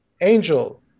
angel